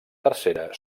tercera